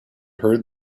heard